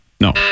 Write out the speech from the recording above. No